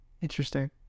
Interesting